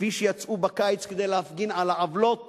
כפי שיצאו בקיץ כדי להפגין על העוולות